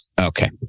Okay